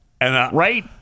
Right